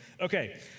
Okay